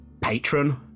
patron